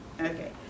Okay